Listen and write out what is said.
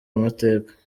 amateka